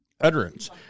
utterance